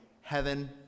heaven